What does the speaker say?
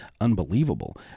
unbelievable